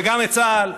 וגם צה"ל.